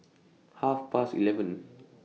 Half Past eleven